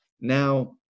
Now